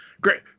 Great